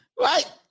Right